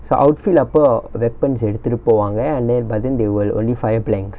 so outfield அப்போ:appo weapons எடுத்துட்டு போவாங்க:eduthuttu povaanga and then but then they will only fire blanks